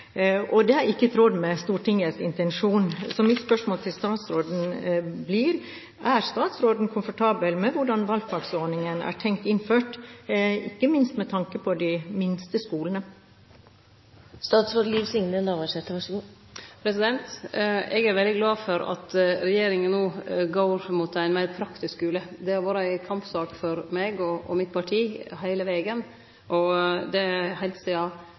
Det er ikke i tråd med Stortingets intensjon. Så mitt spørsmål til statsråden blir: Er statsråden komfortabel med hvordan valgfagsordningen er tenkt innført, ikke minst med tanke på de minste skolene? Eg er veldig glad for at regjeringa no går for ein meir praktisk skule. Det har vore ei kampsak for meg og mitt parti heile vegen. Heilt sidan reforma i 1994 og